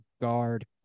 guard